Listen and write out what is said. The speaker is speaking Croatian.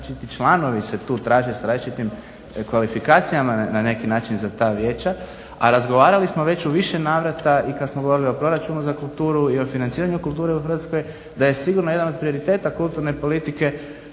članovi se tu traže sa različitim kvalifikacijama na neki način za ta vijeća a razgovarali smo već u više navrata i kad smo govorili o proračunu za kulturu i za financiranje kulture u Hrvatskoj da je sigurno jedan od prioriteta kulturne politike